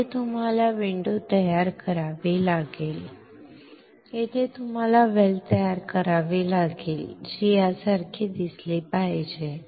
येथे तुम्हाला विंडो तयार करावी लागेल येथे तुम्हाला वेल तयार करावी लागेल जी यासारखी दिसली पाहिजे